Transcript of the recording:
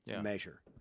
measure